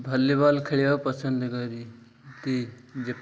volleyball ଖେଳିବାକୁ ପସନ୍ଦ କରନ୍ତି